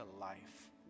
life